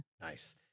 Nice